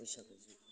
बैसागु